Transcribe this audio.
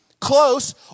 close